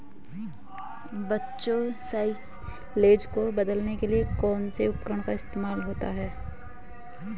बच्चों साइलेज को बदलने के लिए कौन से उपकरण का इस्तेमाल होता है?